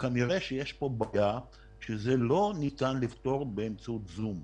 כנראה שיש פה בעיה שלא ניתן לפתור באמצעות זום.